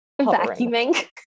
Vacuuming